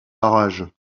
barrage